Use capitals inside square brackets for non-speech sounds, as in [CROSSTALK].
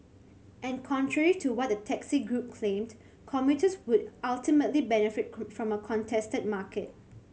and contrary to what the taxi group claimed commuters would ultimately benefit [UNINTELLIGIBLE] from a contested market